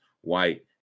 white